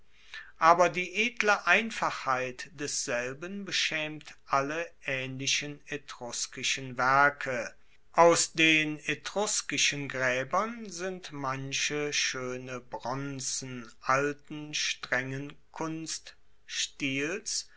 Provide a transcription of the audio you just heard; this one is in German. aber die edle einfachheit desselben beschaemt alle aehnlichen etruskischen werke aus den etruskischen graebern sind manche schoene bronzen alten strengen kunststils